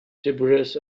tiberius